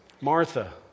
Martha